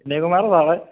Vinaya Kumar